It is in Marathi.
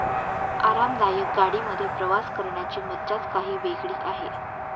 आरामदायक गाडी मध्ये प्रवास करण्याची मज्जाच काही वेगळी आहे